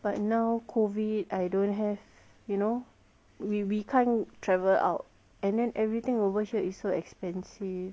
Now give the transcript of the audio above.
but now COVID I don't have you know we we can't travel out and then everything over here is so expensive